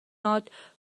not